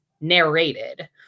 narrated